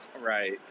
Right